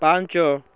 ପାଞ୍ଚ